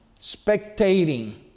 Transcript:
spectating